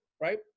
right